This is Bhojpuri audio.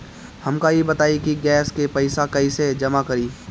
हमका ई बताई कि गैस के पइसा कईसे जमा करी?